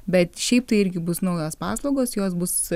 bet šiaip tai irgi bus naujos paslaugos jos bus